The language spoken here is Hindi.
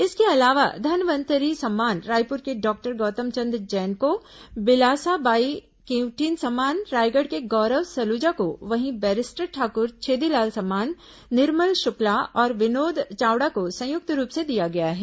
इसके अलावा धनवंतरी सम्मान रायपुर के डॉक्टर गौतमचंद जैन को बिलासा बाई केंवटीन सम्मान रायगढ़ के गौरव सलूजा को वहीं बैरिस्टर ठाकुर छेदीलाल सम्मान निर्मल शुक्ला और विनोद चावड़ा को संयुक्त रूप से दिया गया है